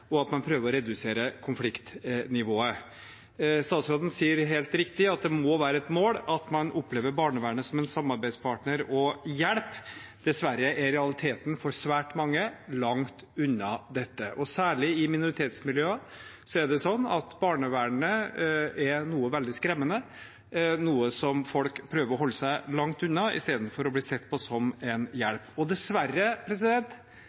og at man prøver å redusere konfliktnivået. Statsråden sier helt riktig at det må være et mål at man opplever barnevernet som en samarbeidspartner og hjelp. Dessverre er realiteten for svært mange langt unna dette. Særlig i minoritetsmiljøer oppfattes barnevernet som noe veldig skremmende, noe som folk prøver å holde seg langt unna i stedet for å se på det som en